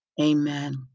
Amen